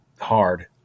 hard